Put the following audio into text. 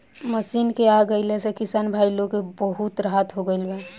machine के आ गईला से किसान भाई लोग के त बहुत राहत हो गईल बा